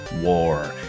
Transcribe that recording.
War